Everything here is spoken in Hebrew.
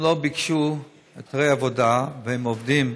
הם לא ביקשו היתרי עבודה והם עובדים,